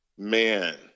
Man